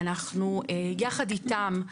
יחד איתם,